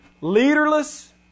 Leaderless